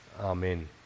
Amen